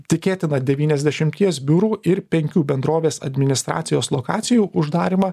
tikėtina devyniasdešimties biurų ir penkių bendrovės administracijos lokacijų uždarymą